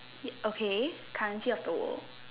ya okay currency of the world